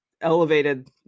elevated